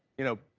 you know,